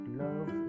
love